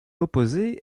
opposé